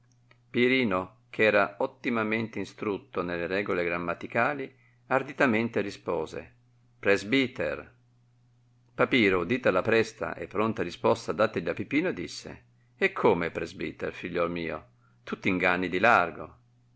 pirino ch'era ottimamente instrutto nelle regole grammaticali arditamente rispose praesbìjter papiro udita la presta e pronta risposta datagli da pipino disse e come presbiterio figliuol mio tu t'inganni di largo